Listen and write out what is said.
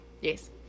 Yes